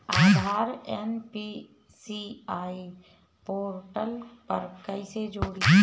आधार NPCI portal पर कईसे जोड़ी?